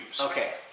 Okay